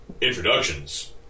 Introductions